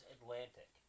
Atlantic